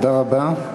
תודה רבה.